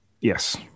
Yes